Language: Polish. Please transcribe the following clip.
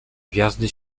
gwiazdy